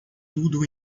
tudo